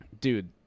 Dude